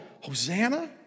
Hosanna